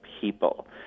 people